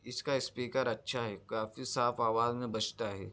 اس کا اسپیکر اچھا ہے کافی صاف آواز میں بجتا ہے